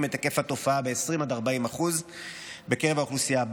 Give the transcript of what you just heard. את היקף התופעה ב-20% עד 40% בקרב האוכלוסייה.